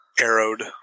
Arrowed